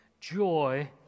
joy